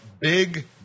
big